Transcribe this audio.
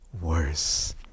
worse